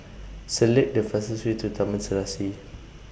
Select The fastest Way to Taman Serasi